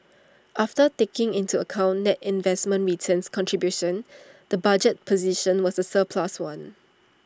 after taking into account net investment returns contribution the budget position was A surplus one